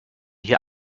hier